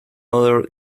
other